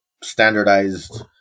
standardized